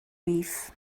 beef